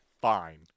fine